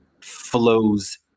flows